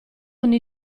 ogni